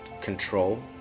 control